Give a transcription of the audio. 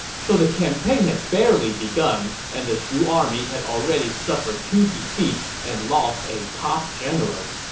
so the campaign had barely begun, and the shu army had already suffered two defeats and lost a top general.